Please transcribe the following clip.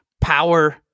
power